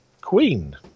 Queen